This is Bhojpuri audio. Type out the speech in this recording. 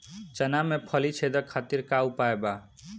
चना में फली छेदक खातिर का उपाय बा?